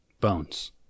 Bones